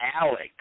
Alex